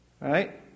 right